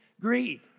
greed